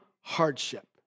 hardship